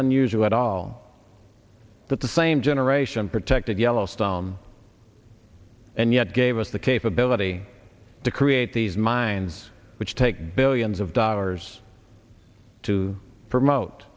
unusual at all that the same generation protected yellowstone and yet gave us the capability to create these mines which take billions of dollars to promote